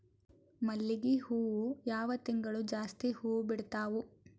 ಮಲ್ಲಿಗಿ ಹೂವು ಯಾವ ತಿಂಗಳು ಜಾಸ್ತಿ ಹೂವು ಬಿಡ್ತಾವು?